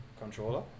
controller